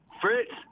Fritz